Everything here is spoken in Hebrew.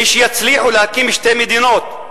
כשיצליחו להקים שתי מדינות,